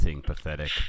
pathetic